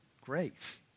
grace